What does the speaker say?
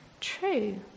true